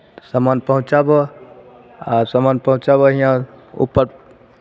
सामान पहुँचाबह आ सामान पहुँचाबह यहाँ ऊपर